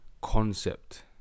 Concept